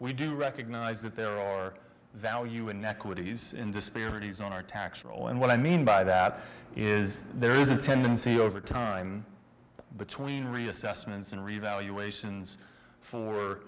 we do recognize that there are value inequities in disparities on our tax roll and what i mean by that is there is a tendency over time between reassessments and reevaluat